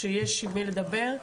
שיש עם מי לדבר.